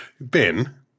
Ben